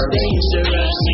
dangerous